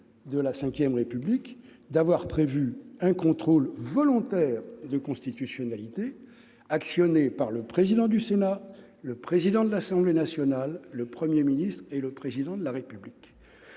de la V République que d'avoir prévu un contrôle volontaire de constitutionnalité actionné par le président du Sénat, le président de l'Assemblée nationale, le Premier ministre et le Président de la République.